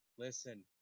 Listen